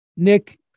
Nick